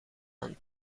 een